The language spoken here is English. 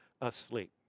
asleep